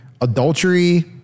Adultery